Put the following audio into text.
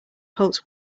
pulse